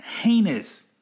heinous